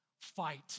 fight